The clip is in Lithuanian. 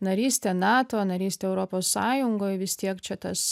narystė nato narystė europos sąjungoj vis tiek čia tas